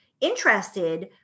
interested